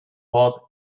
pod